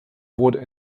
wurden